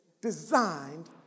designed